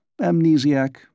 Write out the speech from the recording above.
Amnesiac